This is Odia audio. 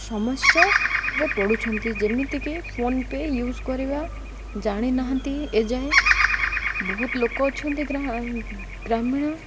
ସମସ୍ୟାରେ ପଡ଼ୁଛନ୍ତି ଯେମିତିକି ଫୋନ୍ପେ ୟୁଜ୍ କରିବା ଜାଣିନାହାନ୍ତି ଏଯାଏଁ ବହୁତ ଲୋକ ଅଛନ୍ତି ଗ୍ରାମୀଣ